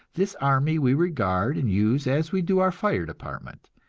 this army we regard and use as we do our fire department.